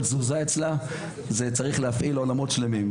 תזוזה אצלה צריך להפעיל עולמות שלמים.